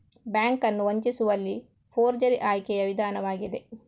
bank ಅನ್ನು ವಂಚಿಸುವಲ್ಲಿ forgery ಆಯ್ಕೆಯ ವಿಧಾನವಾಗಿದೆ